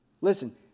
Listen